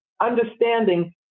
understanding